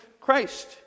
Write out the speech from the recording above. Christ